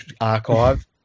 archive